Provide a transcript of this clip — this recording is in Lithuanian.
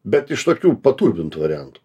bet iš tokių paturbintų variantų